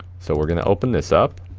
so we're gonna open this up.